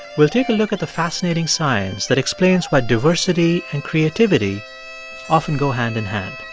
we'll take a look at the fascinating science that explains why diversity and creativity often go hand in hand.